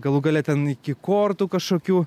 galų gale ten iki kortų kažkokių